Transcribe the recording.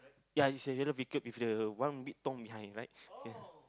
ya it's a yellow with the one bit tong behind right